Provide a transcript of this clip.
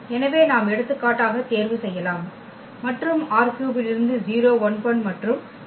எனவே நாம் எடுத்துக்காட்டாக தேர்வு செய்யலாம் மற்றும்ℝ3 யிலிருந்து மற்றும் ஆகும்